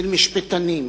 של משפטנים,